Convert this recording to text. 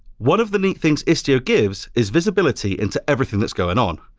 one of the neat things istio gives is visibility into everything that's going on.